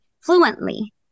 fluently